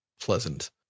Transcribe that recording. pleasant